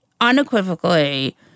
unequivocally